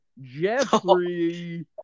Jeffrey